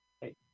Hey